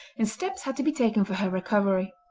and steps had to be taken for her recovery.